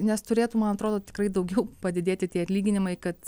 nes turėtų man atrodo tikrai daugiau padidėti tie atlyginimai kad